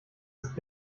ist